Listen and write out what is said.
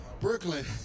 Brooklyn